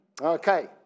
Okay